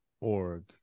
org